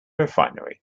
refinery